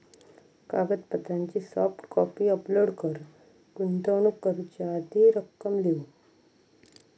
कागदपत्रांची soft copy upload कर, गुंतवणूक करूची हा ती रक्कम लिव्ह